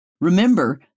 remember